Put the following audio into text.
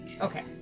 Okay